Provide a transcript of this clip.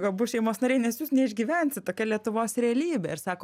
abu šeimos nariai nes jūs neišgyvensit tokia lietuvos realybė ir sako